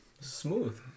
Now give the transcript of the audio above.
smooth